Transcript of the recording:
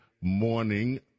morning